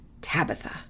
Tabitha